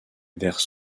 vers